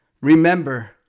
remember